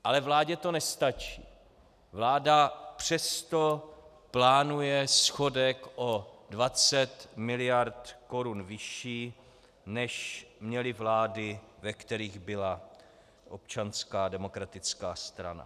Ale vládě to nestačí, vláda přesto plánuje schodek o 20 mld. korun vyšší, než měly vlády, ve kterých byla Občanská demokratická strana.